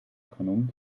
genoemd